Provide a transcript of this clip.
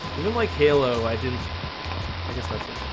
even like halo i didn't i guess that's so